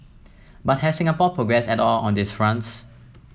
but has Singapore progressed at all on these fronts